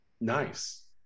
Nice